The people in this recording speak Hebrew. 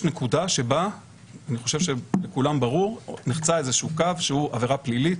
נקודה שבה אני חושב שלכולם ברור שנחצה איזשהו קו שהוא עבירה פלילית,